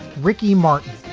ricky martin,